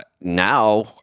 now